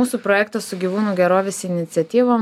mūsų projektas su gyvūnų gerovės iniciatyvom